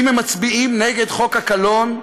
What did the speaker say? אם הם מצביעים נגד חוק הקלון,